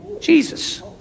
jesus